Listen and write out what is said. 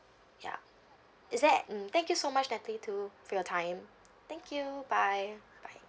ya is that mm thank you so much natalie too for your time thank you bye bye